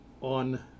on